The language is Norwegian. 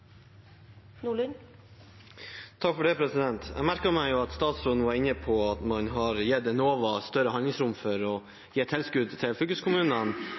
Jeg merket meg at statsråden var inne på at man har gitt Enova større handlingsrom for å gi tilskudd til